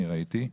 אני ראיתי.